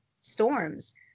storms